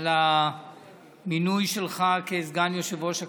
על המינוי שלך לסגן יושב-ראש הכנסת.